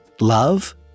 Love